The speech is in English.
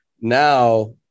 now